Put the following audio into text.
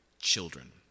children